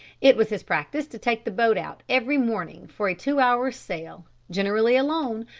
it was his practice to take the boat out every morning for a two hours' sail, generally alone,